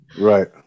Right